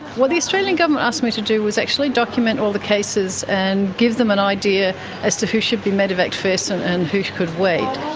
what the australian government asked me to do was actually document all the cases and give them an idea as to who should be medivaced first and and who could wait.